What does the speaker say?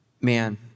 man